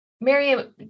mary